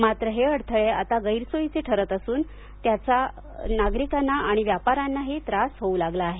मात्र हे अडथळे आता गैरसोयीचे ठरत असून याचा ग्राहकांना आणि व्यापाऱ्यांनाही त्रास होऊ लागला आहे